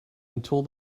until